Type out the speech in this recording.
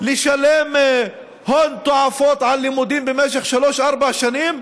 לשלם הון תועפות על לימודים במשך שלוש-ארבע שנים,